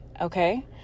Okay